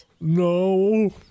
No